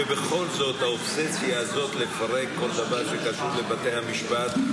שבכל זאת האובססיה הזאת לפרק כל דבר שקשור לבתי המשפט,